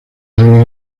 alguien